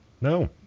No